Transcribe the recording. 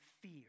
fear